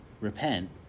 repent